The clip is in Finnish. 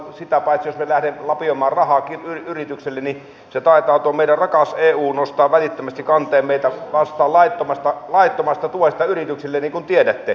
sitä paitsi jos me lähdemme lapioimaan rahaa yrityksille niin taitaa tuo meidän rakas eu nostaa välittömästi kanteen meitä vastaan laittomasta tuesta yrityksille niin kuin tiedätte